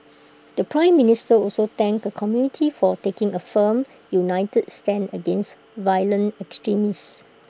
the Prime Minister also thanked the community for taking A firm united stand against violent extremism